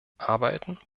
arbeiten